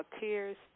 Tears